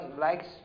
likes